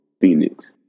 Phoenix